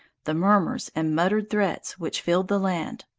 the murmurs and muttered threats which filled the land,